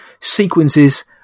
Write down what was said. sequences